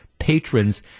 patrons